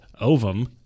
ovum